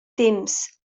temps